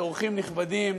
אורחים נכבדים,